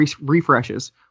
refreshes